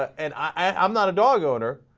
and i i i'm not a dog order